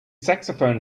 saxophone